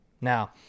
Now